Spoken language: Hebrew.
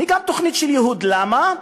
היא גם תוכנית של ייהוד, למה?